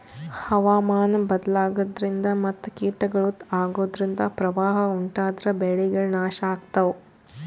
ಹವಾಮಾನ್ ಬದ್ಲಾಗದ್ರಿನ್ದ ಮತ್ ಕೀಟಗಳು ಅಗೋದ್ರಿಂದ ಪ್ರವಾಹ್ ಉಂಟಾದ್ರ ಬೆಳೆಗಳ್ ನಾಶ್ ಆಗ್ತಾವ